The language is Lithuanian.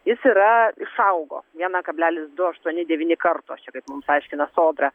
jis yra išaugo vieną kablelis du aštuoni devyni karto čia kaip mums aiškino sodra